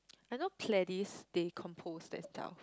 I know Pledis they compose that style